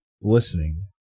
listening